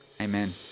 Amen